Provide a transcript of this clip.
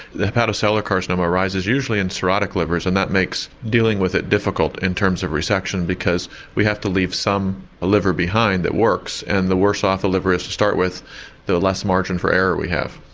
the hepatocellular carcinoma arises usually in cirrhotic livers and that makes dealing with it difficult in terms of resection because we have to leave some liver behind that works and the worse off the liver is to start with the less margin for error we have.